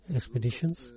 Expeditions